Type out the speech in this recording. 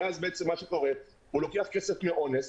ואז בעצם מה שקורה הוא לוקח כסף מאונס,